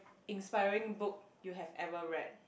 inspiring book you have ever read